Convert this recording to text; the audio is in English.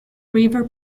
river